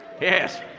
yes